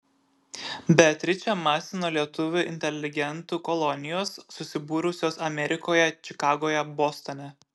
beatričę masino lietuvių inteligentų kolonijos susibūrusios amerikoje čikagoje bostone